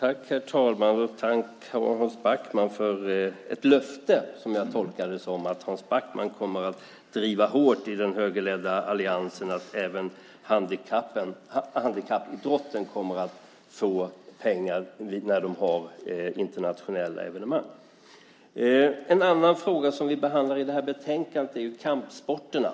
Herr talman! Tack, Hans Backman, för löftet - så tolkade jag det - om att Hans Backman i den högerledda alliansen hårt kommer att driva frågan om att även handikappidrotten ska få pengar när de har internationella evenemang. En annan fråga som behandlas i betänkandet är den om kampsporterna.